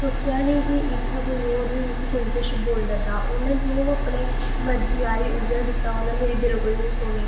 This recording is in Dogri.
सोच्चेआ निं कि इत्थै कोई होर बी मिकी कोई किश बोला'रदा उ'नें जो अपने मर्जी आई उ'ऐ कीता उ'नें मेरी बिल्कुल निं सुनी